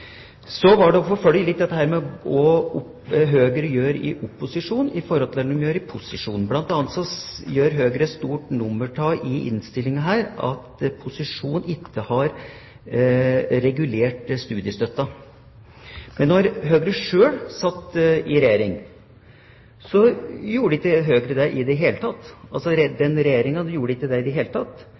Så vil jeg forfølge litt dette med hva Høyre gjør i opposisjon i forhold til det de gjør i posisjon. Blant annet gjør Høyre stort nummer av, i innstillingen, at posisjonen ikke har regulert studiestøtten. Men da Høyre selv satt i regjering, så gjorde ikke Høyre det i det hele tatt; den regjeringa gjorde ikke det i det hele tatt.